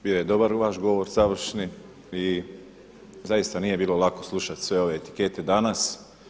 Bio je dobar vaš govor završni i zaista nije bilo lako slušati sve ove etikete danas.